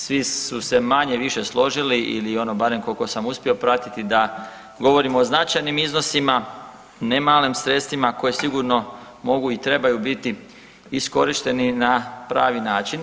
Svi su se manje-više složili ili ono barem koliko sam uspio pratiti da govorimo o značajnim iznosima, ne malim sredstvima koje sigurno mogu i trebaju biti iskorišteni na pravi način.